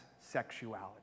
sexuality